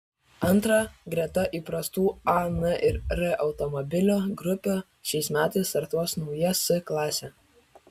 antra greta įprastų a n ir r automobilių grupių šiais metais startuos nauja s klasė